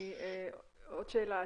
עוד שאלה.